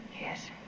Yes